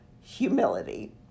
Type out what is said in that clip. humility